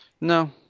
No